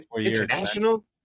International